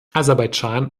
aserbaidschan